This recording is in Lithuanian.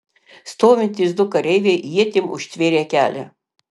stovintys du kareiviai ietim užtvėrė kelią